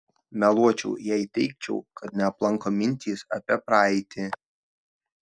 meluočiau jei teigčiau kad neaplanko mintys apie praeitį